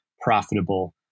profitable